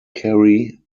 kerry